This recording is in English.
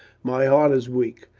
my heart is weak.